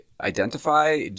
identify